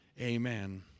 amen